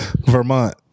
Vermont